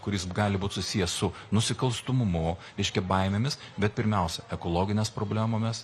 kuris gali būt susijęs su nusikalstumumu reišikia baimėmis bet pirmiausia ekologinės problemomis